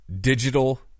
digital